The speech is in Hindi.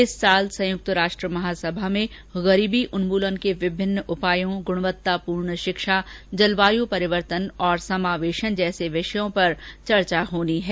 इस वर्ष संयुक्त राष्ट्र महासभा में गरीबी उन्मूलन के विभिन्न उपायों गुणवत्तापूर्ण शिक्षा जलवायु परिवर्तन और समावेशन जैसे विषयों पर चर्चा होनी है